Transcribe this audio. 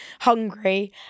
hungry